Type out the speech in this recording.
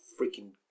freaking